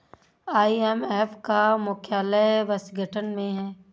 IMF का मुख्यालय Washington में है